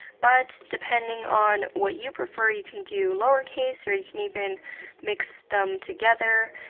but, depending on what you prefer, you can do lowercase, or you can even mix them together.